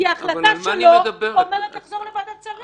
ההחלטה שלו אומרת לחזור לוועדת שרים.